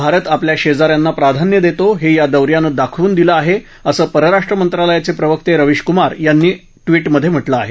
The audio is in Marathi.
भारत आपल्या शेजाऱ्यांना प्राधान्य देतो हे या दौऱ्याने दाखवून दिलं आहे असं परराष्ट्र मंत्रालयाचे प्रवक्ते रवीश कुमार यांनी ट्विटमध्ये म्हटले आहे